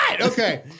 Okay